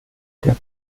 der